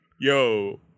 Yo